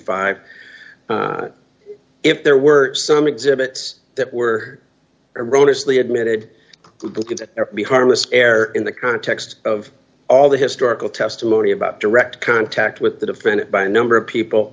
five if there were some exhibits that were erroneous the admitted the could be harmless error in the context of all the historical testimony about direct contact with the defendant by a number of people